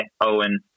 Owen